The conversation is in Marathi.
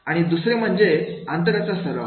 आणि दुसरे म्हणजे अंतराचा सराव